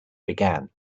began